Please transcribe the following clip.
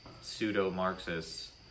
pseudo-Marxists